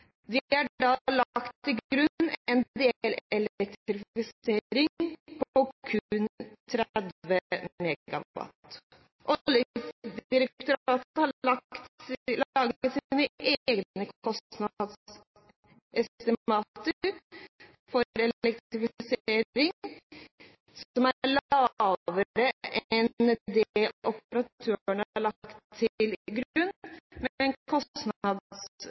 Det er da lagt til grunn en delelektrifisering på kun 30 MW. Oljedirektoratet har laget sine egne kostnadsestimater for elektrifisering som er lavere enn det operatøren har lagt til grunn, med en